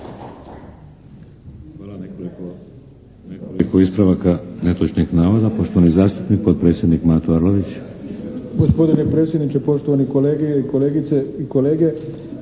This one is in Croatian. nekoliko ispravaka netočnih navoda. Poštovani zastupnik potpredsjednik Mato Arlović.